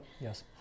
Yes